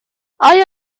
آیا